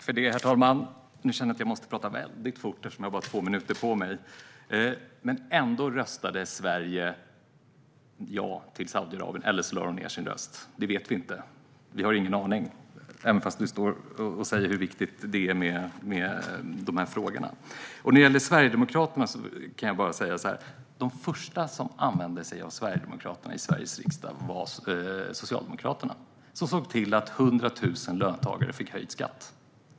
Herr talman! Nu måste jag prata väldigt fort eftersom jag bara har två minuter på mig. Ändå röstade Sverige ja till Saudiarabien, eller så lade vi ned vår röst. Det vet vi inte. Vi har ingen aning, även om ministern står här och säger hur viktiga de här frågorna är. När det gäller Sverigedemokraterna kan jag bara säga att de första som använde sig av dem i Sveriges riksdag var Socialdemokraterna, som såg till att 100 000 löntagare fick höjd skatt.